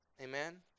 Amen